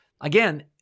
Again